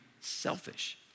selfish